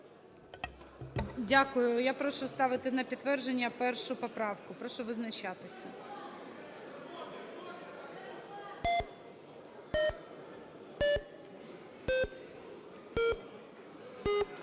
Дякую. Я прошу ставити на підтвердження 1 поправку. Прошу визначатися.